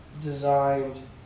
designed